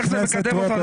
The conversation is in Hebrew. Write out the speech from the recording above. איך זה מקדם אותנו,